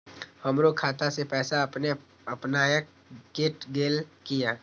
हमरो खाता से पैसा अपने अपनायल केट गेल किया?